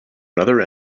another